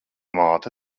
māte